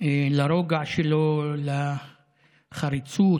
לרוגע שלו, לחריצות,